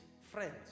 friends